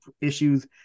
issues